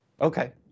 Okay